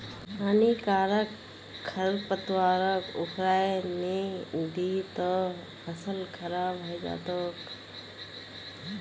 हानिकारक खरपतवारक उखड़इ दे नही त फसल खराब हइ जै तोक